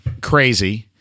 crazy